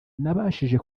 nabashije